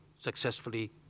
successfully